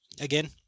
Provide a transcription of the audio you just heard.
again